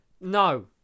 No